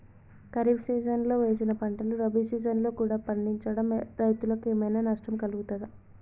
ఖరీఫ్ సీజన్లో వేసిన పంటలు రబీ సీజన్లో కూడా పండించడం రైతులకు ఏమైనా నష్టం కలుగుతదా?